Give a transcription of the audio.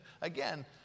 Again